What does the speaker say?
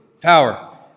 power